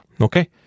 Okay